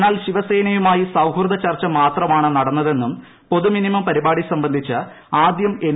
എന്നാൽ ശിവസേനയുമായി സൌഹൃദ ചർച്ച മാത്രമാണ് നടന്നതെന്നും പൊതു മിനിമം പരിപാടി സംബന്ധിച്ച് ആദ്യം എൻ